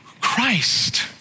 Christ